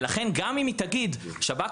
לכן גם אם היא תגיד: שב"כ,